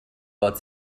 fod